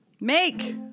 Make